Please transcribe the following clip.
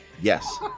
Yes